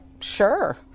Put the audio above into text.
Sure